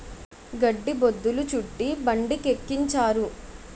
గడ్డి బొద్ధులు చుట్టి బండికెక్కించారు